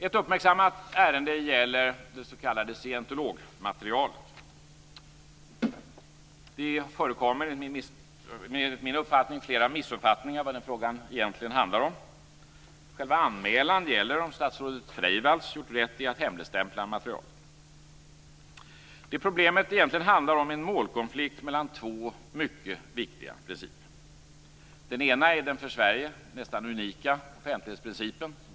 Ett uppmärksammat ärende gäller det s.k. scientologmaterialet. Det förekommer, enligt min uppfattning, flera missuppfattningar om vad den frågan egentligen handlar om. Själva anmälan gäller om statsrådet Freivalds gjort rätt i att hemligstämpla materialet. Vad problemet egentligen handlar om är en målkonflikt mellan två mycket viktiga principer. Den ena är den för Sverige nästan unika offentlighetsprincipen.